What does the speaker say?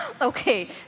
Okay